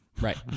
Right